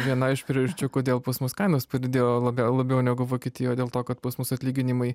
viena iš priežasčių kodėl pas mus kainos padidėjo labiau labiau negu vokietijoj dėl to kad pas mus atlyginimai